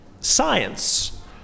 Science